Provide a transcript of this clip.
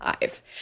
five